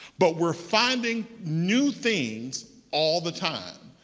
but we're finding new things all the time.